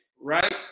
right